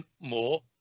more